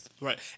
Right